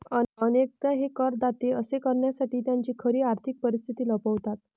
अनेकदा हे करदाते असे करण्यासाठी त्यांची खरी आर्थिक परिस्थिती लपवतात